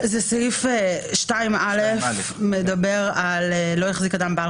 מדובר על סעיף 2(א): "לא יחזיק אדם בעל